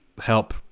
help